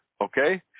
okay